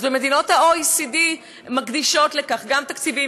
אז מדינות ה-OECD מקדישות לכך גם תקציבים,